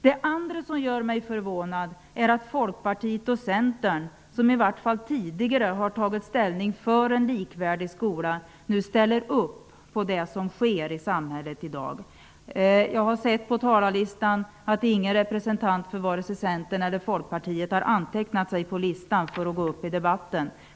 Det andra som gör mig förvånad är att Folkpartiet och Centern, som i alla fall tidigare har tagit ställning för en likvärdig skola, ställer upp på det som sker i samhället i dag. Jag har sett att ingen representant för vare sig Centern eller Folkpartiet har antecknat sig på talarlistan för att gå upp i debatten.